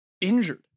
injured